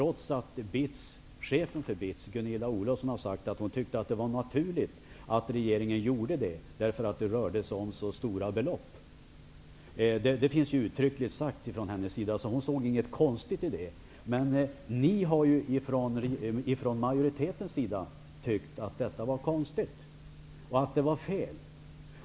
Men chefen för BITS, Gunilla Olofsson, har sagt att hon tyckte att det var naturligt att regeringen gjorde det, eftersom det rörde sig om så stora belopp. Det finns uttryckligen sagt ifrån hennes sida att hon inte såg något konstigt i det. Men majoriteten tycker att detta är konstigt och fel.